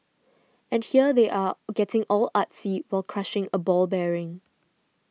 and here they are getting all artsy while crushing a ball bearing